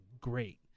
great